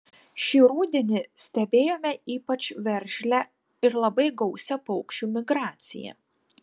šį rudenį stebėjome ypač veržlią ir labai gausią paukščių migraciją